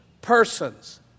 persons